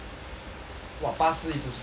!wah! 八十 into 十五 eh